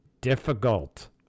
Difficult